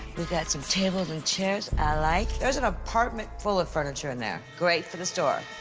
we've got some tables and chairs i like. there's an apartment full of furniture in there. great for the store.